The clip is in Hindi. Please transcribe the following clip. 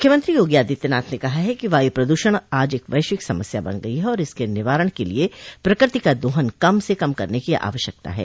मुख्यमंत्री योगी आदित्यनाथ ने कहा है कि वायु प्रदूषण आज एक वैश्विक समस्या बन गई है और इसके निवारण के लिये प्रकृति का दोहन कम से कम करने की आवश्यकता है